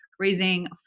Raising